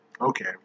okay